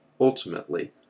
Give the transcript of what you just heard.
ultimately